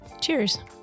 Cheers